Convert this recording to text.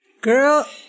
Girl